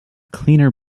cleaner